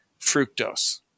fructose